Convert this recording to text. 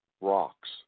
rocks